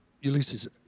Ulysses